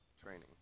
training